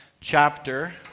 chapter